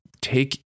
take